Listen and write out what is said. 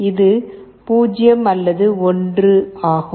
இது 0 அல்லது 1 ஆகும்